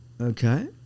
Okay